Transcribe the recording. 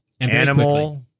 animal –